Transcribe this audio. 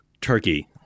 turkey